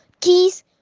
keys